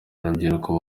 urubyiruko